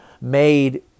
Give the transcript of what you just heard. made